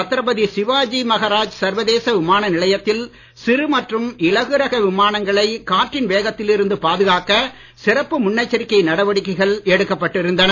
சத்திரபதி சிவாஜி மகராஜ் சர்வதேச விமான நிலையத்தில் சிறு மற்றும் இலகு ரக விமானங்களை காற்றின் வேகத்தில் இருந்து பாதுகாக்க சிறப்பு முன்எச்சரிக்கை நடவடிக்கைகள் எடுக்கப்பட்டு இருந்தன